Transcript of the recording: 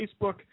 Facebook